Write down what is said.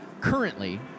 currently